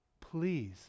please